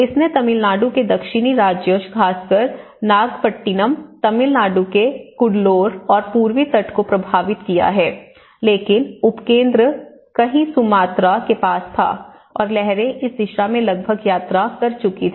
इसने तमिलनाडु के दक्षिणी राज्य खासकर नागपट्टिनम तमिलनाडु के कुड्डलोर और पूर्वी तट को प्रभावित किया है लेकिन उपकेंद्र कहीं सुमात्रा के पास था और लहरें इस दिशा में लगभग यात्रा कर चुकी थी